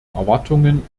erwartungen